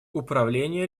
управление